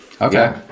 okay